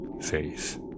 face